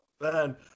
man